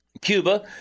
Cuba